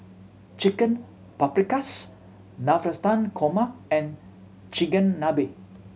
Chicken Paprikas Navratan Korma and Chigenabe